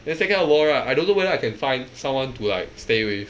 then second of all right I don't know whether I can find someone to like stay with